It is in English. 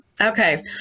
Okay